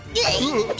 hey